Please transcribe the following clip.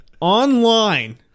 online